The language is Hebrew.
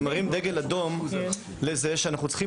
אני מרים דגל אדום לזה שאנחנו צריכים